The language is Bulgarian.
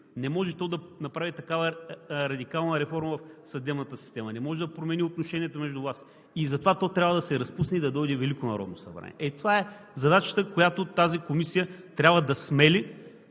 не може то да прави такава радикална реформа в съдебната система, не може да промени отношението между властите и затова то трябва да се разпусне и да дойде Велико народно събрание. Е това е задачата, която тази комисия трябва да смели